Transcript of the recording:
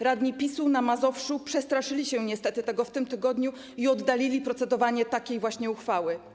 Radni PiS-u na Mazowszu przestraszyli się niestety tego w tym tygodniu i oddalili procedowanie nad taką właśnie uchwałą.